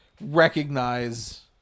recognize